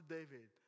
David